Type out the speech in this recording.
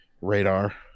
radar